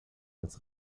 als